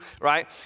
right